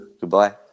Goodbye